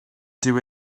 dyw